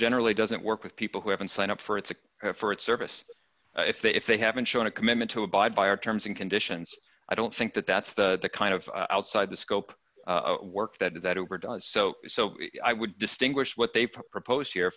generally doesn't work with people who haven't signed up for it to have for its service if they if they haven't shown a commitment to abide by our terms and conditions i don't think that that's the kind of outside the scope of work that that over done so so i would distinguish what they from post here